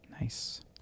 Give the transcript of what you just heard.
Nice